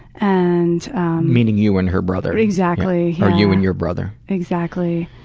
and meaning you and her brother. exactly, yeah. or you and your brother. exactly.